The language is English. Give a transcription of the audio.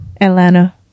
Atlanta